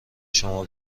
شما